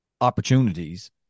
opportunities